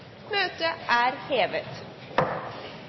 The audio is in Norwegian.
Møtet er hevet.